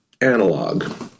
analog